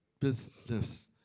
business